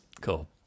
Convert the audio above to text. Cool